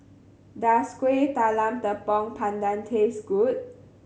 does Kuih Talam Tepong Pandan taste good